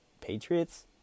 Patriots